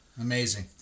Amazing